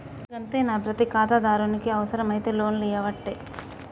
గంతేనా, ప్రతి ఖాతాదారునికి అవుసరమైతే లోన్లియ్యవట్టే